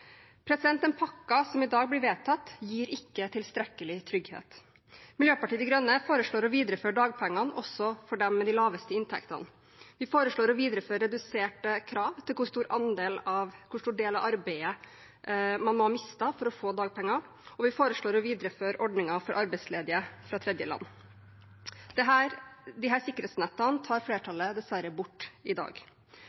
som i dag blir vedtatt, gir ikke tilstrekkelig trygghet. Miljøpartiet De Grønne foreslår å videreføre dagpengene også for dem med de laveste inntektene. Vi foreslår å videreføre reduserte krav til hvor stor del av arbeidet man må ha mistet for å få dagpenger, og vi foreslår å videreføre ordningen for arbeidsledige fra tredjeland.